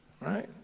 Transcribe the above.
Right